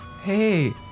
Hey